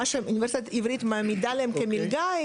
שהאוניברסיטה העברית מעמידה להם כמלגה,